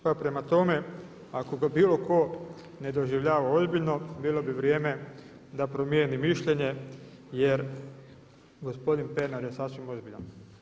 Pa prema tome ako ga bilo tko ne doživljava ozbiljno bilo bi vrijeme da promijeni mišljenje jer gospodin Pernar je sasvim ozbiljan.